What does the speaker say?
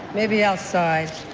maybe outside.